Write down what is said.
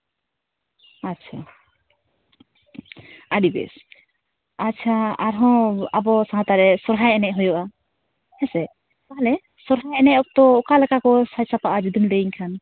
ᱟᱪᱪᱷᱟ ᱟᱹᱰᱤ ᱵᱮᱥ ᱟᱪᱪᱷᱟ ᱟᱨᱦᱚᱸ ᱟᱵᱚ ᱥᱟᱶᱛᱟ ᱨᱮ ᱥᱚᱨᱦᱟᱭ ᱮᱱᱮᱡ ᱦᱩᱭᱩᱜᱼᱟ ᱦᱮᱸᱥᱮ ᱛᱟᱦᱞᱮ ᱥᱚᱨᱦᱟᱭ ᱮᱱᱮᱡ ᱚᱠᱛᱚ ᱚᱠᱟᱞᱮᱠᱟ ᱠᱚ ᱥᱟᱡᱽᱼᱥᱟᱯᱟᱵᱽᱼᱟ ᱡᱩᱫᱤᱢ ᱞᱟᱹᱭᱟᱹᱧ ᱠᱷᱟᱱ